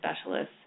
specialists